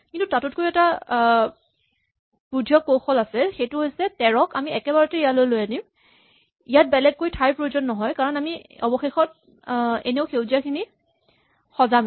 কিন্তু তাতকৈয়ো এটা বুধিয়ক কৌশল আছে সেইটো হৈছে ১৩ ক আমি একেবাৰতে ইয়ালৈ লৈ আনিম ইয়াত বেলেগকৈ ঠাইৰ প্ৰয়োজন নহয় কাৰণ আমি অৱশেষত এনেও সেউজীয়া খিনি সজামেই